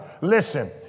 Listen